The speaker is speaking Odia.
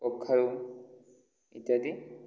କଖାରୁ ଇତ୍ୟାଦି